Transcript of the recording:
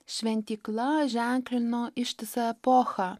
šventykla ženklino ištisą epochą